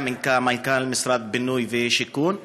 היה מנכ"ל משרד הבינוי והשיכון,